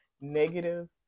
negative